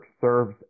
serves